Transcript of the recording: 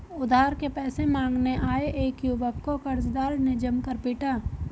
उधार के पैसे मांगने आये एक युवक को कर्जदार ने जमकर पीटा